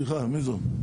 מי זאת?